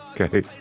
Okay